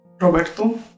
Roberto